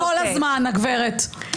כל הזמן, הגברת.